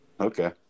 Okay